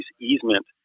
easement